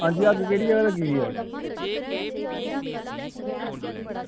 आं जी अग्ग केह्ड़ी जगह लग्गी दी ऐ